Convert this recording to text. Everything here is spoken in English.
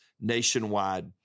nationwide